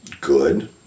Good